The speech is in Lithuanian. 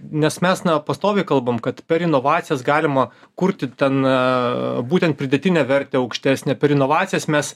nes mes na pastoviai kalbam kad per inovacijas galima kurti ten būtent pridėtinę vertę aukštesnę per inovacijas mes